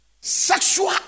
sexual